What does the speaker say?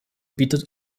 bietet